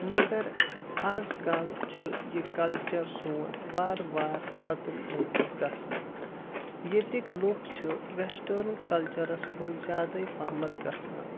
مگر آز کل چھُ یہِ کلچر سون وار وار ختٕم لوٚگمُت گژھنہِ یتیٕکۍ لُکھ چھِ ویٚسٹٲرٕن کلچرس کُن زیادے پہمتھ گژھان